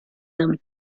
them